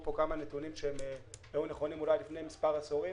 פה כמה נתונים שהיו נכונים אולי לפני מספר עשורים.